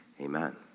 Amen